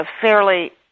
fairly